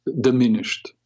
diminished